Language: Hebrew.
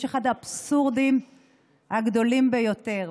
אחד האבסורדים הגדולים ביותר,